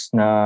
na